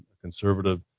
conservative